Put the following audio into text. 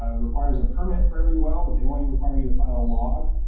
ah requires a permit for every well, but they only require you to file a log,